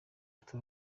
ati